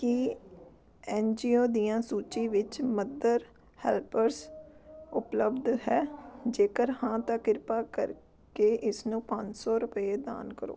ਕੀ N G O ਦੀਆਂ ਸੂਚੀ ਵਿੱਚ ਮਦਰ ਹੈਲਪਰਸ ਉਪਲਬਧ ਹੈ ਜੇਕਰ ਹਾਂ ਤਾਂ ਕਿਰਪਾ ਕਰਕੇ ਇਸ ਨੂੰ ਪੰਜ ਸੌ ਰੁਪਏ ਦਾਨ ਕਰੋ